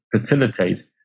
facilitate